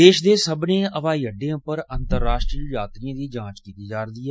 देश दे सब्बनें हवाई अड्डें पर अंतराष्ट्रीय यात्रियें दी जांच कीती जा रदी ऐ